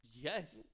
Yes